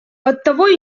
оттого